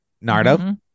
Nardo